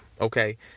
okay